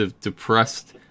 depressed